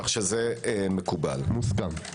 מוסכם.